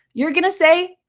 you're going to say,